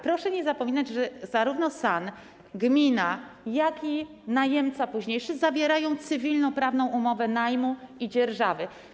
Proszę nie zapominać, że zarówno SAN, gmina, jak i późniejszy najemca zawierają cywilnoprawną umowę najmu i dzierżawy.